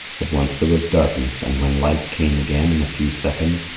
at once there was darkness, and when light came again in a few seconds,